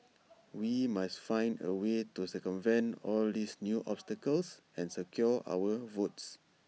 we must find A way to circumvent all these new obstacles and secure our votes